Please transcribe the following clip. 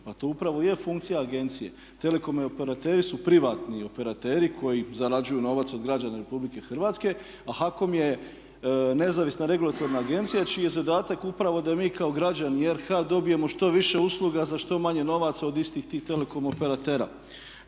Pa to upravo i je funkcija agencije. Telekom operateri su privatni operateri koji zarađuju novac od građana Republike Hrvatske, a HAKOM je nezavisna regulatorna agencija čiji je zadatak upravo da mi kao građani Republike Hrvatske dobijemo što više usluga za što manje novaca od istih tih telekom operatera.